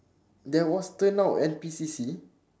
there was turnout N_P_C_C